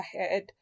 ahead